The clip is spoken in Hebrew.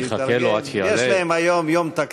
אני אחכה לו עד שיעלה.